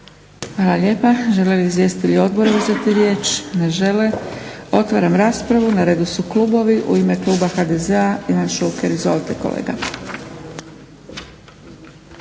Hvala lijepa. Žele li izvjestitelji odbora uzeti riječ? Ne žele. Otvaram raspravu. Na redu su klubovi. U ime Kluba HDZ-a Ivan Šuker. Izvolite kolega.